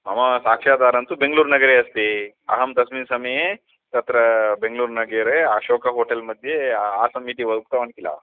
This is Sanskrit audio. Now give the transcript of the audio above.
मम साक्षाधारं तु बेङ्गलूर्नगरे अस्ति अहं तस्मिन् समये तत्र बेङ्गलूर्नगरे अशोका होटेल्मध्ये आसम् इति व उक्तवान् किल